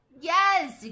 Yes